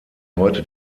heute